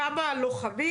כמה לוחמים?